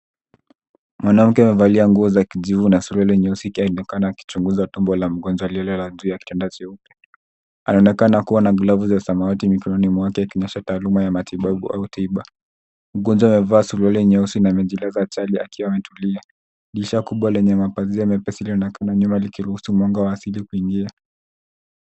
Mwanamke amevalia nguo za kijivu na suruali nyeusi akionekana kuchunguza tumbo la mgonjwa aliyelala juu ya kitanda cheupe. Anaonekana kuwa na glavu za samawati mikononi mwake ikionyesha taaluma ya matibabu au tiba. Mgonjwa amevaa suruali nyeusi na amejilaza chali akiwa ametulia. Dirisha kubwa lenye mapazia mepesi linaonekana nyuma likiruhusu mwanga wa asili kuingia.